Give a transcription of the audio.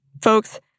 folks